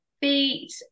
feet